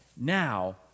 Now